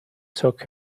took